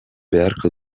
beharko